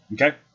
Okay